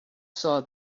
saw